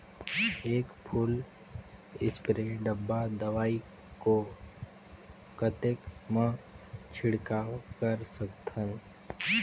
एक full spray डब्बा दवाई को कतेक म छिड़काव कर सकथन?